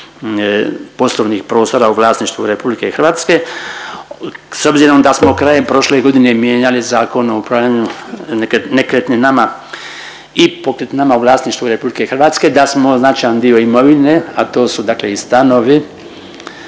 poslovnih prostora u vlasništvu RH s obzirom da smo krajem prošle godine mijenjali Zakon o upravljanju nekretninama i pokretninama u vlasništvu RH, da smo značajan dio imovine, a to su dakle i stanovi